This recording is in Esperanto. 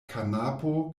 kanapo